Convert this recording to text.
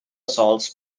assaults